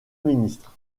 ministre